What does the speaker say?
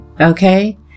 okay